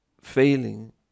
failing